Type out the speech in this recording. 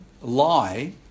lie